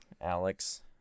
Alex